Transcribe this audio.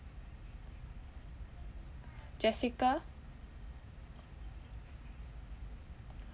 jessica